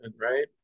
right